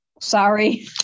Sorry